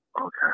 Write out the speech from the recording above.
okay